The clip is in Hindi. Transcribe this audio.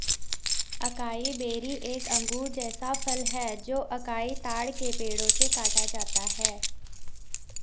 अकाई बेरी एक अंगूर जैसा फल है जो अकाई ताड़ के पेड़ों से काटा जाता है